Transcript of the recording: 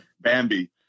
Bambi